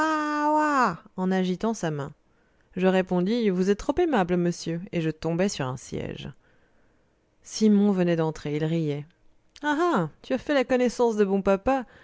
en agitant sa main je répondis vous êtes trop aimable monsieur et je tombai sur un siège simon venait d'entrer il riait ah ah tu as fait la connaissance de bon papa